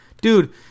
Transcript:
Dude